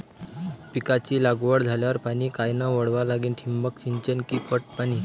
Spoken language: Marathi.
पिकाची लागवड झाल्यावर पाणी कायनं वळवा लागीन? ठिबक सिंचन की पट पाणी?